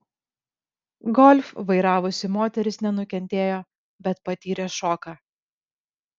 golf vairavusi moteris nenukentėjo bet patyrė šoką